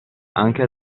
anche